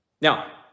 Now